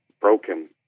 broken